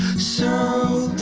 so